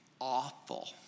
awful